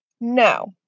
No